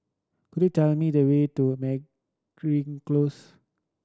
could you tell me the way to Meragi Close